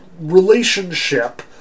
relationship